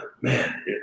man